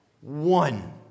one